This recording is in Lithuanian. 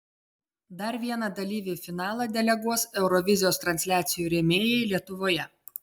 dar vieną dalyvį į finalą deleguos eurovizijos transliacijų rėmėjai lietuvoje